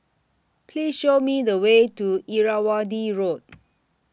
Please Show Me The Way to Irrawaddy Road